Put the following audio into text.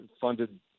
funded